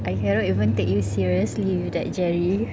I cannot even take you seriously with that jerry